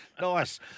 Nice